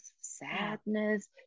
sadness